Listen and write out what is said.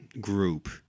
group